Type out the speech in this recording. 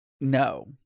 No